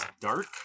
dark